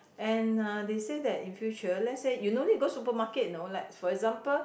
and uh they say that in future let's say you no need to go supermarket you know like for example